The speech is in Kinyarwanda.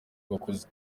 bakuze